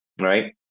right